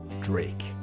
Drake